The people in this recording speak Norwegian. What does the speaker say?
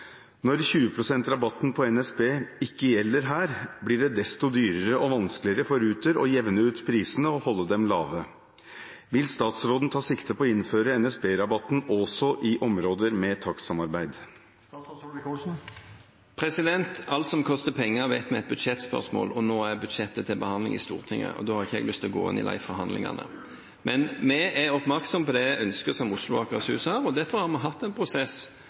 Når 20 pst.-rabatten på NSB ikke gjelder her, blir det desto dyrere og vanskeligere for Ruter å jevne ut prisene og holde dem lave. Vil statsråden ta sikte på å innføre NSB-rabatten også i områder med takstsamarbeid?» Alt som koster penger, vet vi er et budsjettspørsmål. Nå er budsjettet til behandling i Stortinget, og da har jeg ikke lyst til å gå inn i de forhandlingene. Men vi er oppmerksom på det ønsket som Oslo og Akershus har. Derfor har vi hatt en prosess